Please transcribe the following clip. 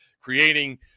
creating